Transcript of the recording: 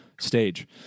stage